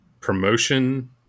promotion